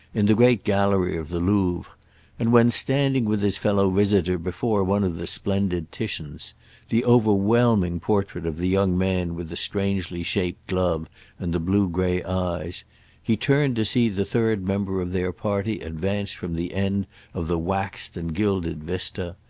in the great gallery of the louvre and when, standing with his fellow visitor before one of the splendid titians the overwhelming portrait of the young man with the strangely-shaped glove and the blue-grey eyes he turned to see the third member of their party advance from the end of the waxed and gilded vista,